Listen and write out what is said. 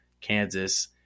Kansas